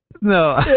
No